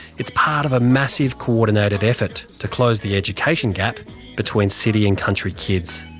it's part of a massive coordinated effort to close the education gap between city and country kids.